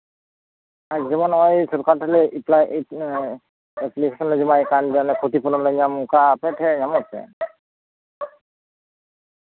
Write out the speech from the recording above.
ᱡᱮᱢᱚᱱ ᱱᱚᱜᱼᱚᱭ ᱥᱚᱨᱠᱟᱨ ᱴᱷᱮᱱ ᱞᱮ ᱮᱯᱞᱟᱭ ᱮᱯᱞᱤᱠᱮᱥᱚᱱ ᱞᱮ ᱡᱚᱢᱟᱭᱮᱫ ᱠᱟᱱᱟ ᱡᱟᱛᱮ ᱠᱷᱚᱛᱤᱯᱩᱨᱚᱱ ᱞᱮ ᱧᱟᱢ ᱚᱱᱠᱟ ᱟᱯᱮ ᱴᱷᱮᱱ ᱧᱟᱢᱚᱜ ᱛᱮ